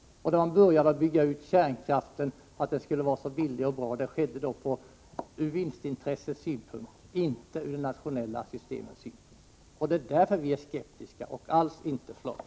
Man började bygga ut kärnkraften för att den skulle vara så billig och bra. Det skedde ur vinstintressesynpunkt, inte ur det nationella systemets synpunkt. Det är därför vi är skeptiska och alls inte flata.